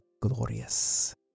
glorious